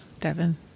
Devin